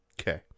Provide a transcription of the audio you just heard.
Okay